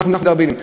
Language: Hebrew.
ואנחנו מדרבנים.